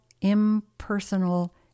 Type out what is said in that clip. impersonal